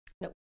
Nope